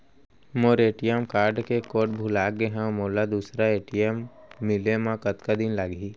मोर ATM card के code भुला गे हव, मोला दूसर ए.टी.एम मिले म कतका दिन लागही?